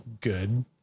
good